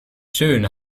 schön